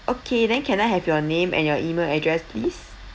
okay then can I have your name and your email address please